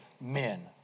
men